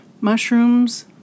mushrooms